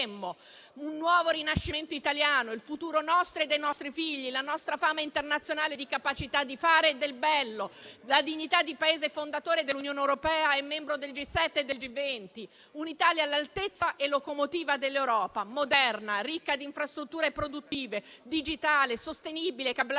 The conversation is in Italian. un nuovo rinascimento italiano, il futuro nostro e dei nostri figli, la nostra fama internazionale di capacità di fare del bello, la dignità di Paese fondatore dell'Unione europea e membro del G7 e del G20; un'Italia all'altezza e locomotiva dell'Europa, moderna, ricca di infrastrutture produttive, digitale, sostenibile, cablata,